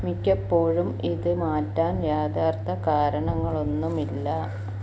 മിക്കപ്പോഴും ഇത് മാറ്റാൻ യഥാർത്ഥ കാരണങ്ങളൊന്നുമില്ല